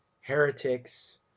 heretics